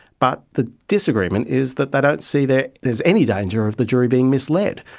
but the disagreement is that they don't see that there's any danger of the jury being misled,